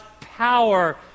power